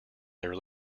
their